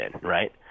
right